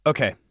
Okay